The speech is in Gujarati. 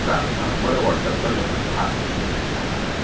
સારું સારું મને વૉટ્સઅપ કરજો ને હા હા હાજી